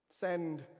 send